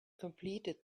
completed